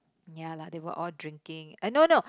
ya lah they were all drinking uh no no